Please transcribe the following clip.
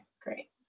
great